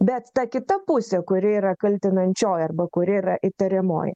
bet ta kita pusė kuri yra kaltinančioji arba kuri yra įtariamoji